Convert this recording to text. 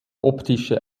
optische